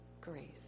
grace